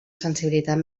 sensibilitat